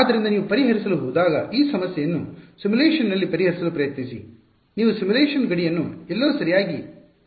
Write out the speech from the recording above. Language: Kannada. ಆದ್ದರಿಂದ ನೀವು ಪರಿಹರಿಸಲು ಹೋದಾಗ ಈ ಸಮಸ್ಯೆಯನ್ನು ಸಿಮ್ಯುಲೇಶನ್ನಲ್ಲಿ ಪರಿಹರಿಸಲು ಪ್ರಯತ್ನಿಸಿ ನೀವು ಸಿಮ್ಯುಲೇಶನ್ ಗಡಿಯನ್ನು ಎಲ್ಲೋ ಸರಿಯಾಗಿ ಕೊನೆಗೊಳಿಸಬೇಕು